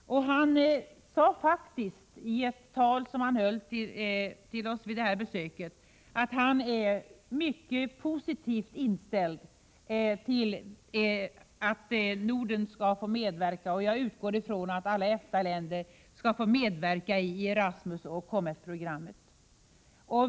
Han sade faktiskt i ett tal som han höll till oss att han var mycket positivt inställd till att Norden och övriga EFTA-länder skulle få medverka i Erasmusoch COMETT-programmen.